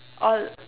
orh